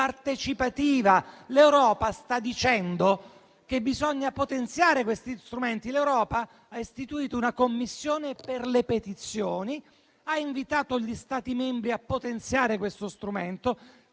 L'Europa sta dicendo che bisogna potenziare questi strumenti: ha istituito una commissione per le petizioni e ha invitato gli Stati membri a potenziare questo strumento;